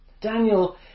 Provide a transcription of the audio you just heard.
Daniel